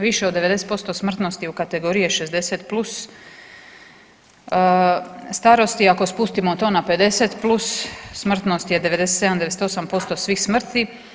Više od 90% smrtnosti u kategorije 60+ starosti, ako spustimo to na 50+ smrtnost je 97-98% svih smrti.